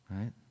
Right